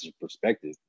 perspective